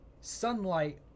sunlight